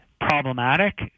problematic